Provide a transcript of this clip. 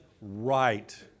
right